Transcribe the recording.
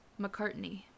McCartney